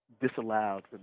disallowed